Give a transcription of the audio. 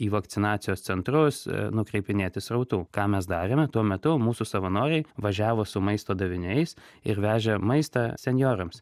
į vakcinacijos centrus nukreipinėti srautų ką mes darėme tuo metu mūsų savanoriai važiavo su maisto daviniais ir vežė maistą senjorams